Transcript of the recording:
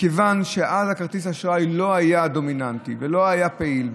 מכיוון שאז כרטיס האשראי לא היה דומיננטי ולא היה פעיל,